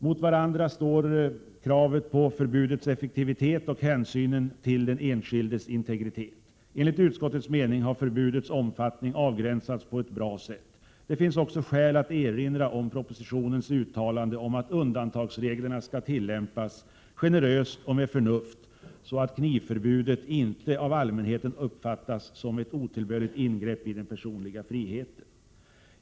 Mot varandra står kravet på förbudets effektivitet och hänsynen till den enskildes integritet. Enligt utskottets mening har förbudets omfattning avgränsats på ett bra sätt. Det finns också skäl att erinra om propositionens uttalande om att undantagsreglerna skall tillämpas generöst och med förnuft, så att knivförbudet inte av allmänheten uppfattas som ett otillbörligt ingrepp i den personliga friheten.